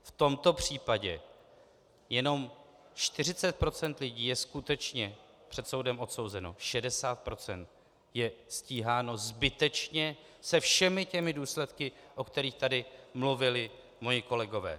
V tomto případě jenom 40 % lidí je skutečně před soudem odsouzeno, 60 % je stíháno zbytečně se všemi těmi důsledky, o kterých tady mluvili moji kolegové.